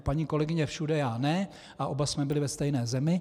Paní kolegyně všude, já ne a oba jsme byli ve stejné zemi.